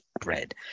bread